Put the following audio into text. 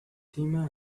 fatima